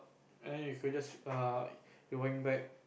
and you could just err rewind back